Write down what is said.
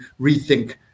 rethink